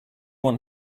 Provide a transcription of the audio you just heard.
want